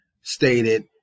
stated